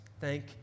thank